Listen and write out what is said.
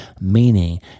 meaning